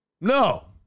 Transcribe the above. No